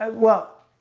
ah well